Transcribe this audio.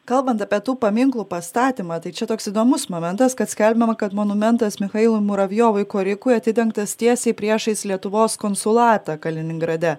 kalbant apie tų paminklų pastatymą tai čia toks įdomus momentas kad skelbiama kad monumentas michailui muravjovui korikui atidengtas tiesiai priešais lietuvos konsulatą kaliningrade